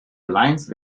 alliance